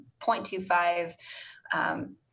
0.25